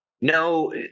No